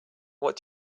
what